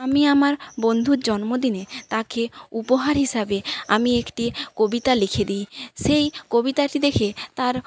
আমি আমার বন্ধুর জন্মদিনে তাকে উপহার হিসাবে আমি একটি কবিতা লিখে দিই সেই কবিতাটি দেখে তার